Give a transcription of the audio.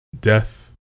death